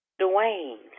Dwayne